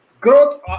growth